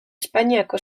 espainiako